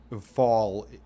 fall